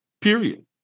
period